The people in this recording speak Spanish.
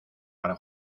para